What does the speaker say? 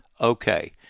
Okay